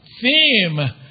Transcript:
theme